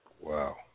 Wow